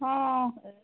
ହଁ